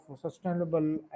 sustainable